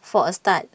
for A start